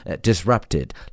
disrupted